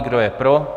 Kdo je pro?